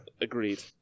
Agreed